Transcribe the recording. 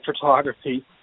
photography